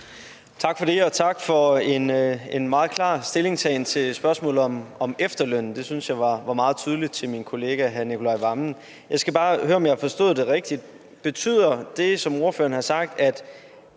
Tak for det, og tak for en meget klar stillingtagen til spørgsmålet om efterlønnen fra min kollega hr. Nicolai Wammen. Det syntes jeg var meget tydeligt. Jeg skal bare høre, om jeg forstod det rigtigt: Betyder det, som ordføreren har sagt, at